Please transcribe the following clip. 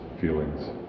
feelings